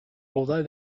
although